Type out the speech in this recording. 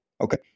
Okay